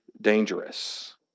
dangerous